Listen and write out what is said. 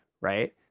right